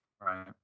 right